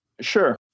Sure